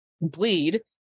bleed